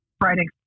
Friday